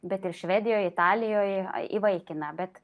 bet ir švedijoj italijoj įvaikina bet